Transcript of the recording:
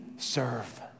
Serve